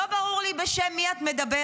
לא ברור לי בשם מי את מדברת.